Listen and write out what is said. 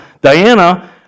Diana